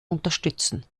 unterstützen